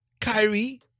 Kyrie